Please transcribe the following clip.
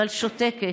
אבל שותקת,